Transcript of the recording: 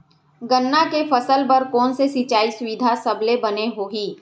गन्ना के फसल बर कोन से सिचाई सुविधा सबले बने होही?